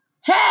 Hey